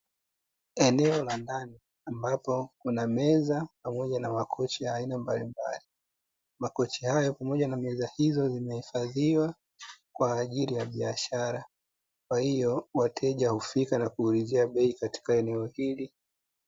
Eneo la ndani ambapo kuna meza, pamoja na makochi ya aina mbalimbali. Makochi hayo pamoja na meza hizo zimehifadhiwa kwa ajili ya biashara, kwahiyo wateja hufika na kuulizia bei katika eneo hili.